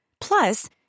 Plus